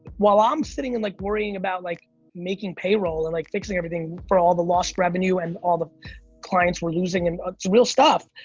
while i'm sitting and like worrying about like making payroll and like fixing everything for all the lost revenue, and all the clients we're losing, and some ah real stuff,